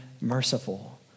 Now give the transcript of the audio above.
merciful